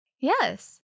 Yes